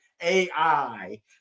AI